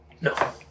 No